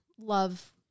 love